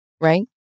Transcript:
Right